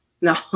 No